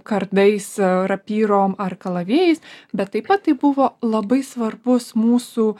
kardais rapyrom ar kalavijais bet taip pat tai buvo labai svarbus mūsų